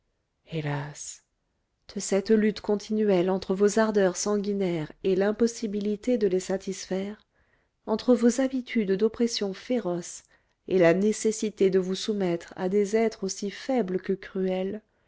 hélas de cette lutte continuelle entre vos ardeurs sanguinaires et l'impossibilité de les satisfaire entre vos habitudes d'oppression féroce et la nécessité de vous soumettre à des êtres aussi faibles que cruels